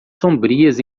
sombrias